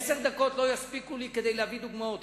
עשר דקות לא יספיקו לי כדי להביא דוגמאות.